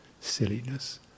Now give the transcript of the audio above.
silliness